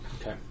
Okay